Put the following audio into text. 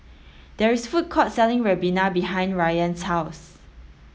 there is a food court selling Ribena behind Rayan's house